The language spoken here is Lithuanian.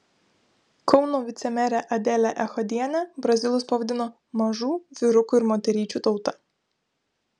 kauno vicemerė adelė echodienė brazilus pavadino mažų vyrukų ir moteryčių tauta